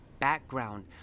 background